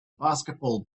basketball